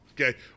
Okay